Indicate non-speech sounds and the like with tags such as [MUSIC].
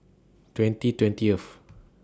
twenty twentieth [NOISE]